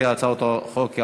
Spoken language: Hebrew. אנחנו